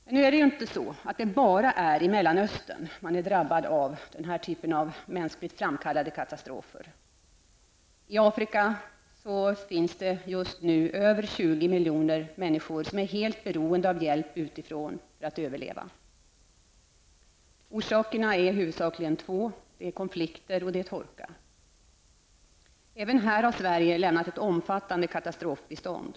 Men det är inte bara i Mellanöstern som man har drabbats av denna typ av mänskligt framkallade katastrofer. I Afrika är just nu mer än 20 miljoner människor helt beroende av hjälp utifrån för att överleva. Orsakerna är huvudsakligen två; konflikter och torka. Även här har Sverige lämnat ett mycket omfattande katastrofbistånd.